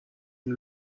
این